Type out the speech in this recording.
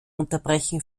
unterbrechen